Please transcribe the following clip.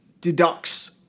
deducts